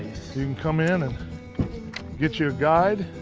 you can come in and get you a guide.